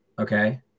Okay